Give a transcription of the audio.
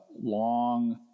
long